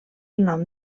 nom